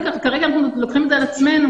כרגע אנחנו לוקחים את זה על עצמנו,